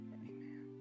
amen